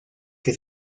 que